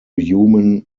human